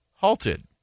halted